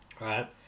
right